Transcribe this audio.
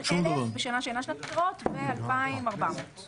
1,000 שקלים בשנה שאינה שנת בחירות ו-2,400 שקלים בשנת בחירות.